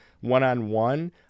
one-on-one